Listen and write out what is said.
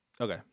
okay